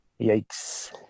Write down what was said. Yikes